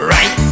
Right